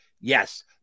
yes